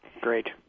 Great